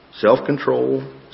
self-control